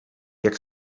jak